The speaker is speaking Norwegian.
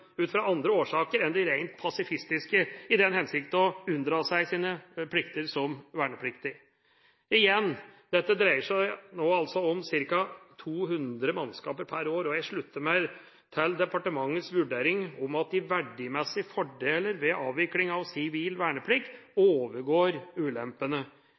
andre årsaker enn de rent pasifistiske, i den hensikt å unndra seg sine plikter som vernepliktig. Igjen, dette dreier seg nå om ca. 200 mannskaper per år, og jeg slutter meg til departementets vurdering, at de verdimessige fordeler ved avvikling av sivil verneplikt overgår ulempene.